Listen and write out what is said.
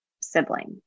sibling